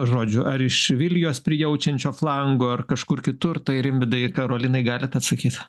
žodžiu ar iš vilijos prijaučiančio flango ar kažkur kitur tai rimvydai karolinai galit atsakyt